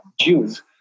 Jews